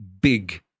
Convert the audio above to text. big